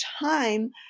time